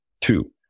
two